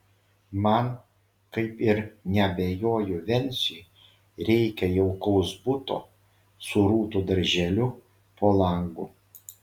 man kaip ir neabejoju venciui reikia jaukaus buto su rūtų darželiu po langu